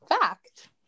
fact